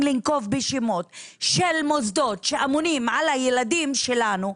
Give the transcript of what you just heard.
לנקוב בשמות של מוסדות שאמונים על הילדים שלנו,